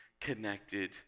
connected